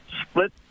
split